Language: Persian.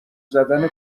زدم